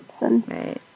right